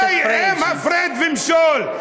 הצביעות, די עם הפרד ומשול.